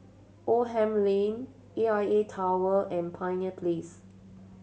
Oldham Lane A I A Tower and Pioneer Place